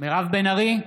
מירב בן ארי,